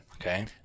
Okay